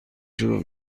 شروع